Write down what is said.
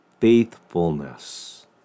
Faithfulness